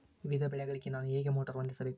ವಿವಿಧ ಬೆಳೆಗಳಿಗೆ ನಾನು ಹೇಗೆ ಮೋಟಾರ್ ಹೊಂದಿಸಬೇಕು?